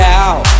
out